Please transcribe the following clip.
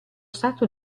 stato